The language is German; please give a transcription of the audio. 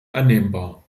annehmbar